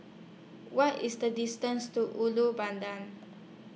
What IS The distance to Ulu Pandan